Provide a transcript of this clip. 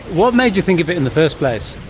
what made you think of it in the first place?